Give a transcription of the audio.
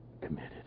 committed